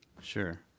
Sure